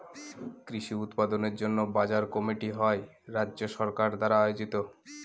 কৃষি উৎপাদনের জন্য বাজার কমিটি হয় রাজ্য সরকার দ্বারা আয়োজিত